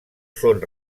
són